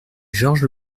georges